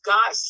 God